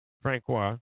Francois